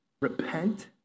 Repent